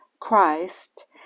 Christ